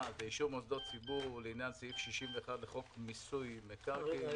היא אישור מוסדות ציבור לעניין סעיף 61 לחוק מיסוי מקרקעין.